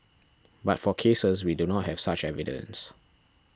but for cases we do not have such evidence